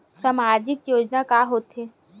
सामाजिक योजना का होथे?